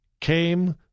came